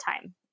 time